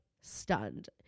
stunned